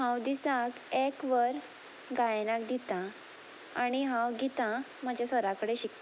हांव दिसाक एक वर गायनाक दितां आनी हांव गितां म्हाज्या सरा कडेन शिकतां